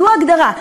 זו ההגדרה.